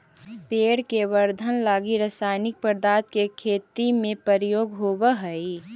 पेड़ के वर्धन लगी रसायनिक पदार्थ के खेती में प्रयोग होवऽ हई